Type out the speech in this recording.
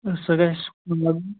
سُہ گَژھِ مطلب